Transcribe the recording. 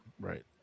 Right